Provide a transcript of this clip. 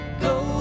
Go